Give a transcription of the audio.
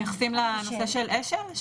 מתייחסים לנושא של אשל?